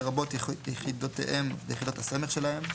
לרבות יחידותיהם ויחידות הסמך שלהם,